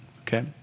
okay